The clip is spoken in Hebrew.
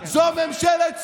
זו ממשלת שמאל.